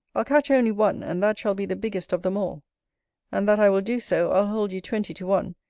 i'll catch only one and that shall be the biggest of them all and that i will do so, i'll hold you twenty to one,